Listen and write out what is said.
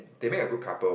they make a good couple